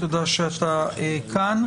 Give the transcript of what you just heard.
תודה שאתה כאן.